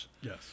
Yes